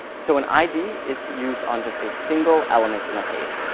so an id is used on just a single element in a page.